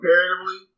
comparatively